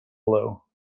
blow